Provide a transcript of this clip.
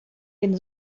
den